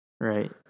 Right